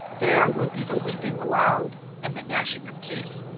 there will be the weeping aloud and the gnashing of teeth.